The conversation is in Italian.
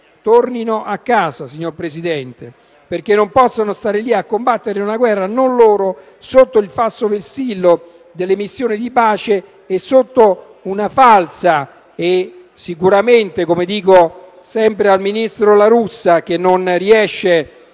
sottolineo, signor Presidente), perché non possono stare lì a combattere una guerra non loro, sotto il falso vessillo delle missioni di pace e sicuramente - come dico sempre al ministro La Russa che non riesce